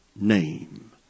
name